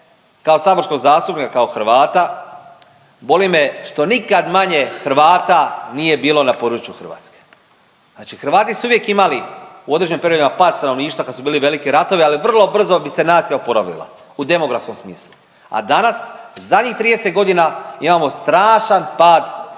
kao saborskog zastupnika, kao Hrvata, boli me što nikad manje Hrvata nije bilo na području Hrvatske. Znači Hrvati su uvijek imali u određenim periodima pad stanovništva kad su bili veliki ratovi, ali vrlo brzo bi se nacija oporavila u demografskom smislu. A danas zadnjih 30 godina imamo strašan pad broja